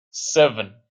seven